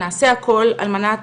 נעשה הכל על מנת